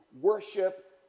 worship